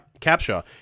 Capshaw